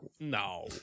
No